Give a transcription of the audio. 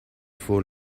four